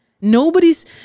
nobody's